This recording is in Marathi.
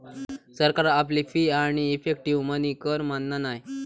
सरकार आपली फी आणि इफेक्टीव मनी कर मानना नाय